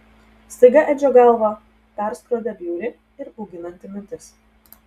staiga edžio galvą perskrodė bjauri ir bauginanti mintis